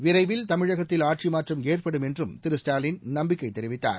விரைவில் தமிழகத்தில் ஆட்சிமாற்றம் ஏற்படும் என்றும் திரு ஸ்டாலின் நம்பிக்கைதெரிவித்தார்